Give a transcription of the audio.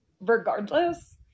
regardless